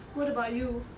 what about you